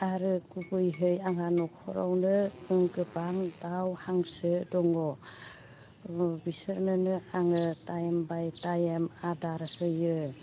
आरो गुबैयै आंहा न'खरावनो गोबां दाउ हांसो दङ बिसोरनोनो आङो टाइम बाय टाइम आदार होयो